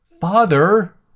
Father